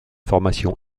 formation